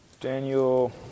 Daniel